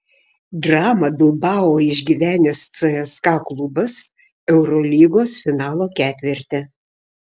dramą bilbao išgyvenęs cska klubas eurolygos finalo ketverte